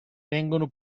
vengono